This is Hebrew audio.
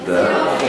תודה.